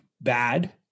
bad